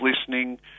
listening